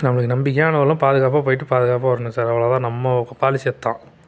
நம்மளுக்கு நம்பிக்கையானவங்களாம் பாதுகாப்பாக போயிட்டு பாதுகாப்பாக வரணும் சார் அவ்வளோ தான் நம்ம பாலிசி அதுதான்